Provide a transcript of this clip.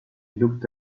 looked